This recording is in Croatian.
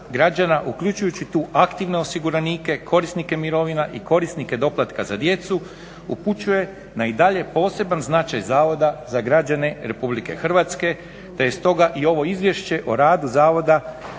građana uključujući tu aktivne osiguranike, korisnike mirovina i korisnike doplatka za djecu upućuje na i dalje poseban značaj Zavoda za građane Republike Hrvatske, te je stoga i ovo Izvješće o radu Zavoda